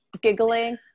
giggling